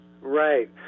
Right